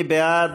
מי בעד?